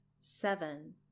seven